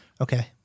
Okay